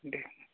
दे